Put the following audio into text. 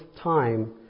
time